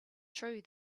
true